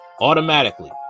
Automatically